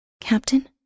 Captain